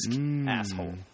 asshole